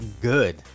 good